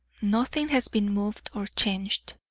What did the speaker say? nothing has been moved or changed.